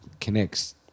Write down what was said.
connects